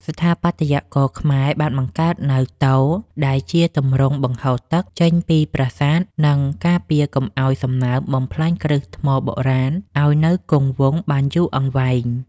ស្ថាបត្យករខ្មែរបានបង្កើតនូវទ ដែលជាទម្រង់បង្ហូរទឹកចេញពីប្រាសាទ និង ការពារកុំឱ្យសំណើមបំផ្លាញគ្រឹះថ្មបុរាណឱ្យនៅគង់វង្សបានយូរអង្វែង។